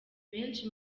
benshi